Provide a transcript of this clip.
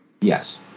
Yes